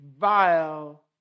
vile